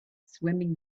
swimming